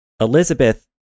Elizabeth